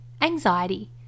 anxiety